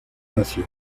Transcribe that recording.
nació